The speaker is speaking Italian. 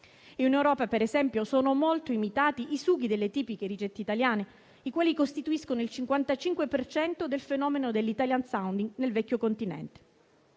In Europa, per esempio, sono molto imitati i sughi delle tipiche ricette italiane i quali costituiscono il 55 per cento del fenomeno dell'*italian sounding* nel vecchio continente.